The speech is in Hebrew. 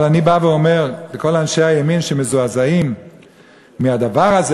אבל אני בא ואומר לכל אנשי הימין שמזועזעים מהדבר הזה,